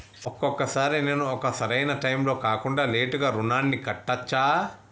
ఒక్కొక సారి నేను ఒక సరైనా టైంలో కాకుండా లేటుగా రుణాన్ని కట్టచ్చా?